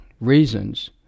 reasons